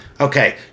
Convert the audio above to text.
Okay